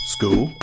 School